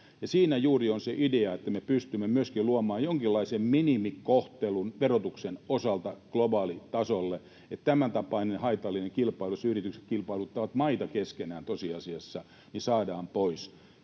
Siinä juuri on se idea, että me pystymme myöskin luomaan jonkinlaisen minimikohtelun verotuksen osalta globaalitasolle, ja tämäntapainen haitallinen kilpailu, jossa yritykset kilpailuttavat maita keskenään tosiasiassa, saadaan pois.